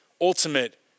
ultimate